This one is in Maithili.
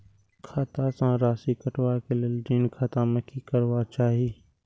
खाता स राशि कटवा कै लेल ऋण खाता में की करवा चाही?